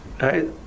right